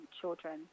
children